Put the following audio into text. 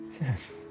Yes